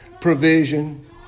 Provision